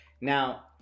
Now